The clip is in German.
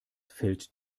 fällt